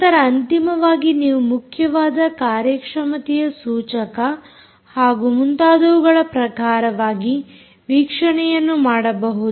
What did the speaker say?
ನಂತರ ಅಂತಿಮವಾಗಿ ನೀವು ಮುಖ್ಯವಾದ ಕಾರ್ಯಕ್ಷಮತೆಯ ಸೂಚಕ ಹಾಗೂ ಮುಂತಾದವುಗಳ ಪ್ರಕಾರವಾಗಿ ವೀಕ್ಷಣೆಯನ್ನು ಮಾಡಬಹುದು